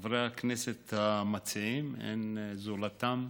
חברי הכנסת המציעים, אין זולתם.